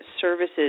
services